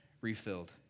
refilled